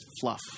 fluff